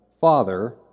father